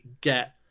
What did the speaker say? get